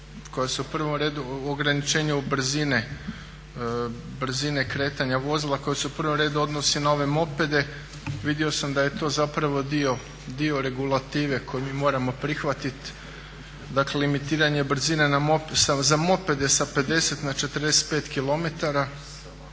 kilometraže, o ograničenju brzine kretanja vozila koje se u prvom redu odnose na ove mopede. Vidio sam da je to zapravo dio regulative koju mi moramo prihvatiti, dakle limitiranje brzine za mopede sa 50 na 45 km.